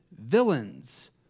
villains